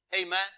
Amen